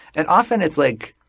and often it's like